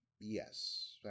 Yes